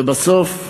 ובסוף,